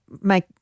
make